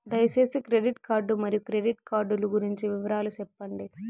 దయసేసి credit card మరియు credit card లు గురించి వివరాలు సెప్పండి?